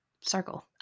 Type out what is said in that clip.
circle